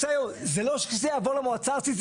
זה לא שאם זה יעבור למועצה הארצית,